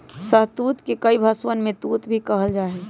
शहतूत के कई भषवन में तूत भी कहल जाहई